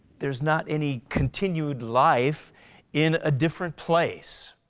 there's not any continued life in a different place.